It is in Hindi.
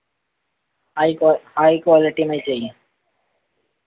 हाई क्व हाई क्वालिटी में चाहिए